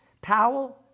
Powell